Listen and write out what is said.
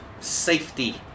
safety